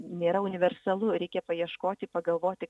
nėra universalu reikia paieškoti pagalvoti